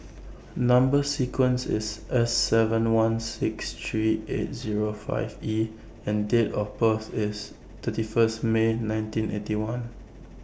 Number sequence IS S seven one six three eight Zero five E and Date of birth IS thirty First May nineteen Eighty One